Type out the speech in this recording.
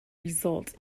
result